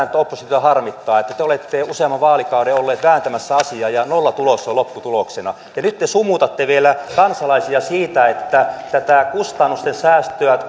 että oppositiota harmittaa kun te olette useamman vaalikauden olleet vääntämässä asiaa ja nollatulos on ollut lopputuloksena nyt te sumutatte vielä kansalaisia siitä että tätä kustannusten säästöä